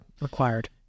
required